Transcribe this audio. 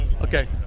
okay